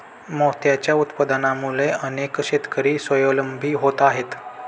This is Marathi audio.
मोत्यांच्या उत्पादनामुळे अनेक शेतकरी स्वावलंबी होत आहेत